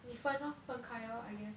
你分 lor 分开 lor I guess